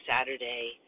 Saturday